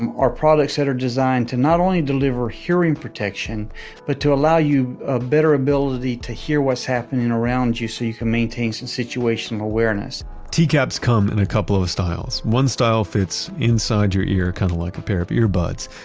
and are products that are designed to not only deliver hearing protection but to allow you a better ability to hear what's happening around you so you can maintain some situational awareness tcaps come in a couple of of styles. one style fits inside your ear, kind of like a pair of earbuds,